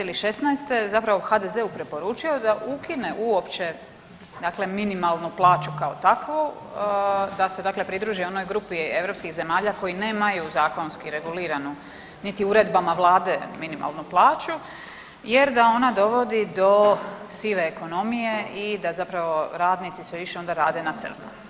Ili šesnaeste zapravo HDZ-u preporučio da ukine uopće, dakle minimalnu plaću kao takvu, da se dakle pridruži onoj grupi europskih zemalja koji nemaju zakonski reguliranu niti uredbama Vlade minimalnu plaću jer da ona dovodi do sive ekonomije i da zapravo radnici onda sve više rade na crno.